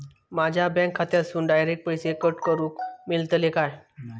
माझ्या बँक खात्यासून डायरेक्ट पैसे कट करूक मेलतले काय?